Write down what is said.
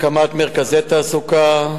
הקמת מרכזי תעסוקה,